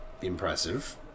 impressive